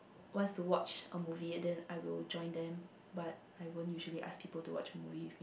wants to watch a movie and then I will join them but I won't usually ask people to watch movie